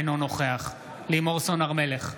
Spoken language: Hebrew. אינו נוכח לימור סון הר מלך,